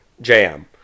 jam